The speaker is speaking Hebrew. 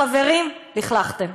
חברים, לכלכתם.